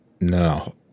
no